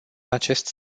acest